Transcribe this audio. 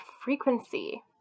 frequency